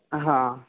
ہاں